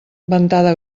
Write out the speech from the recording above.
ventada